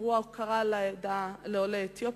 אירוע הוקרה לעולי אתיופיה.